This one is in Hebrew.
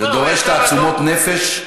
זה דורש תעצומות נפש.